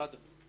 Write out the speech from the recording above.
לא, אדוני.